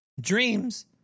Dreams